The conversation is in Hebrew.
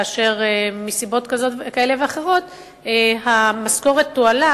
כאשר מסיבות כאלה ואחרות המשכורת תועלה,